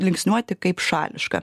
linksniuoti kaip šališka